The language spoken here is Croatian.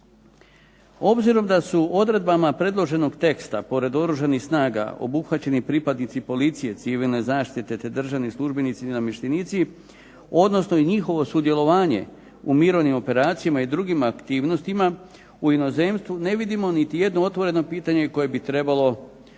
Obzirom da su odredbama predloženog teksta, pored Oružanih snaga obuhvaćeni pripadnici policije, civilne zaštite te državni službenici i namještenici, odnosno i njihovo sudjelovanje u mirovnim operacijama i drugim aktivnostima u inozemstvu, ne vidimo niti jedno otvoreno pitanje koje bi trebalo ovdje